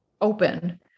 open